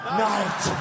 night